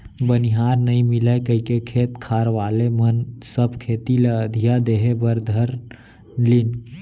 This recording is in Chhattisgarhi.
बनिहार नइ मिलय कइके खेत खार वाले मन सब खेती ल अधिया देहे बर धर लिन